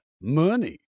money